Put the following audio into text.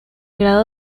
grado